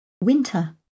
Winter